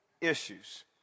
issues